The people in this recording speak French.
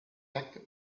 actes